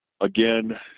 Again